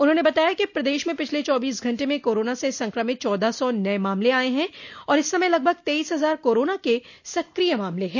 उन्होंने बताया प्रदेश में पिछले चौबीस घंटे में कोरोना से संक्रमित चौदह सौ नये मामले आये हैं और इस समय लगभग तइस हज़ार कोरोना के सक्रिय मामले हैं